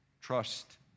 trust